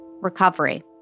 Recovery